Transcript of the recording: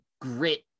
grit